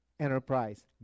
enterprise